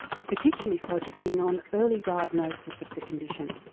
particularly focusing on early diagnosis of the condition.